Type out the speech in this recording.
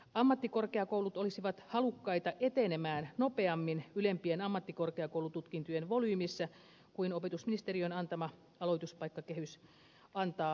ammattikorkeakoulut olisivat halukkaita etenemään nope ammin ylempien ammattikorkeakoulututkintojen volyymissä kuin opetusministeriön antama aloituspaikkakehys antaa myöten